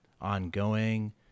ongoing